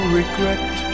regret